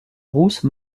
rousse